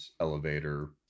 elevator